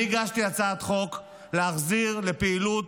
אני הגשתי הצעת חוק להחזיר לפעילות,